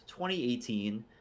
2018